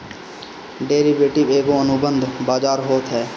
derivative एगो अनुबंध बाजार होत हअ